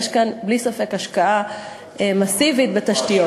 יש כאן בלי ספק השקעה מסיבית בתשתיות,